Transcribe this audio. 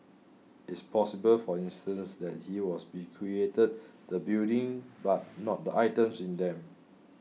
it's possible for instance that he was bequeathed the building but not the items in them